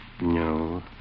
No